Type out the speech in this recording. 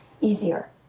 easier